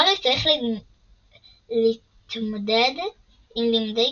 הארי צריך להתמודד עם לימודי